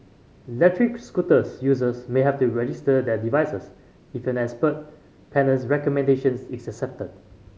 electric scooters users may have to register their devices if an expert panel's recommendations is accepted